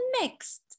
next